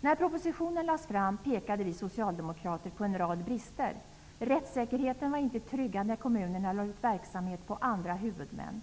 När propositionen lades fram pekade vi socialdemokrater på en rad brister. Rättssäkerheten var inte tryggad när kommunerna lade ut verksamhet på andra huvudmän.